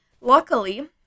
Luckily